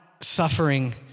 suffering